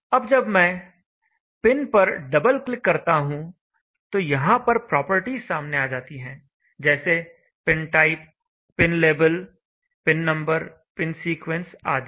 अब जब मैं पिन पर डबल क्लिक करता हूं तो यहां पर प्रॉपर्टीज सामने आ जाती हैं जैसे पिनटाइप पिनलेबल पिननंबर पिनसीक्वेंस आदि